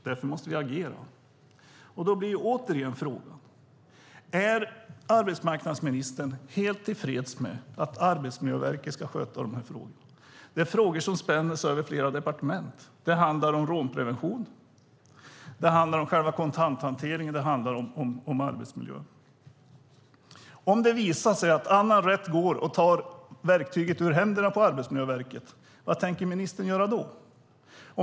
Därför måste vi agera. Frågan blir återigen: Är arbetsmarknadsministern helt tillfreds med att Arbetsmiljöverket ska sköta dessa frågor? Det är frågor som spänner över flera departement. Det handlar rånprevention, själva kontanthanteringen och arbetsmiljön. Om det visar sig att annan rätt tar verktyget ur händerna på Arbetsmiljöverket, vad tänker ministern göra då?